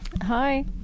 Hi